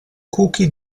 cookie